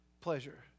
pleasure